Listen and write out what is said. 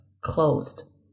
closed